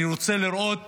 אני רוצה לראות